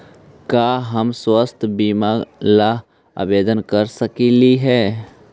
का हम स्वास्थ्य बीमा ला आवेदन कर सकली हे?